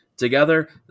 Together